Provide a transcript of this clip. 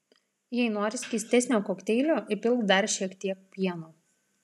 jei nori skystesnio kokteilio įpilk dar šiek tiek pieno